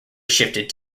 shifted